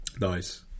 Nice